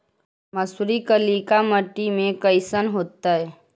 मसुरी कलिका मट्टी में कईसन होतै?